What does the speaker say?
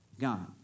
God